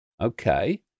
Okay